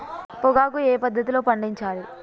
పొగాకు ఏ పద్ధతిలో పండించాలి?